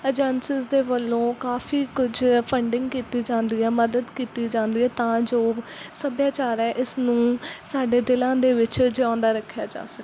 agencies ਦੇ ਵੱਲੋਂ ਕਾਫੀ ਕੁਝ ਫੰਡਿੰਗ ਕੀਤੀ ਜਾਂਦੀ ਆ ਮਦਦ ਕੀਤੀ ਜਾਂਦੀ ਹੈ ਤਾਂ ਜੋ ਸੱਭਿਆਚਾਰ ਹੈ ਇਸ ਨੂੰ ਸਾਡੇ ਦਿਲਾਂ ਦੇ ਵਿੱਚ ਜਿਉਂਦਾ ਰੱਖਿਆ ਜਾ ਸਕੇ